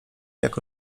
jak